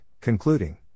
concluding